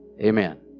Amen